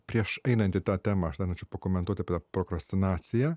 prieš einant į tą temą aš dar norėčiau pakomentuoti apie tą prokrastinaciją